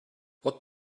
what